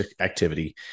activity